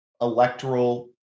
electoral